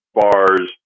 bars